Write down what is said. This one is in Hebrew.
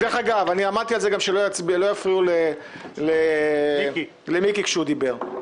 אני עמדתי על זה שגם לא יפריעו למיקי כשהוא דיבר.